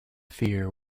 fear